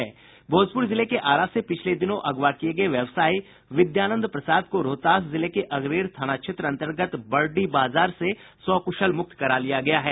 भोजपुर जिले के आरा से पिछले दिनों अगवा किये गये व्यवसायी विद्यानंद प्रसाद को रोहतास जिले के अगरेर थाना क्षेत्र अंतर्गत बरडीह बाजार से सकुशल मुक्त करा लिया गया है